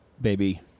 Baby